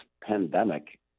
pandemic